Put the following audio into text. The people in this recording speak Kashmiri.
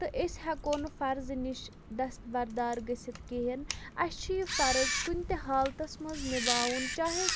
تہٕ أسۍ ہٮ۪کو نہٕ فرضہٕ نِش دست بردار گٔژھِتھ کِہیٖنٛۍ اَسہِ چھُ یہِ فرض کُنہِ تہِ حالتَس منٛز نِباوُن چاہے